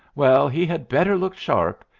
well, he had better look sharp.